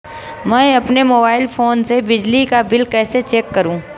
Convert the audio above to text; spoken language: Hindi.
मैं अपने मोबाइल फोन से बिजली का बिल कैसे चेक करूं?